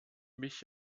mich